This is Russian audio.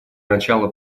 начала